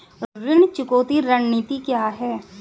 ऋण चुकौती रणनीति क्या है?